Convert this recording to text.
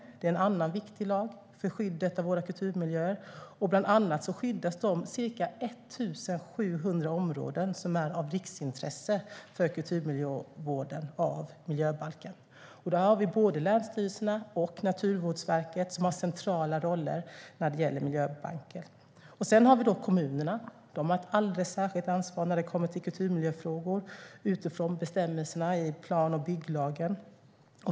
Det är en annan viktig lag för skyddet av våra kulturmiljöer. Bland annat skyddas de ca 1 700 områden som är av riksintresse för kulturmiljövården av miljöbalken. När det gäller miljöbalken har både länsstyrelserna och Naturvårdsverket centrala roller. Sedan har vi kommunerna. De har ett alldeles särskilt ansvar när det kommer till kulturmiljöfrågor utifrån bestämmelserna i plan och bygglagen.